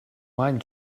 mind